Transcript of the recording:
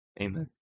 Amen